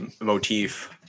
motif